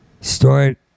Start